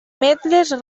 ametlles